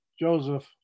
Joseph